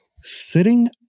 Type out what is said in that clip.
sitting